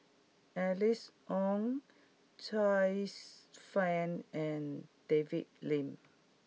Alice Ong Joyce Fan and David Lim